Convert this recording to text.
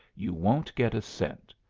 you won't get a cent.